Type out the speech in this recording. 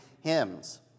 hymns